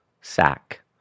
sack